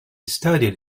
studied